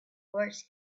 wars